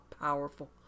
powerful